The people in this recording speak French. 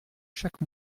chaque